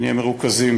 ונהיה מרוכזים